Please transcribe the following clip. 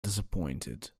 disappointed